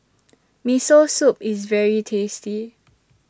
Miso Soup IS very tasty